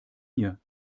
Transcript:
hier